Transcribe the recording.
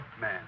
Man